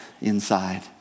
inside